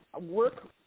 work